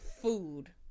food